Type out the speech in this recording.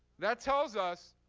that tells us